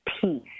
peace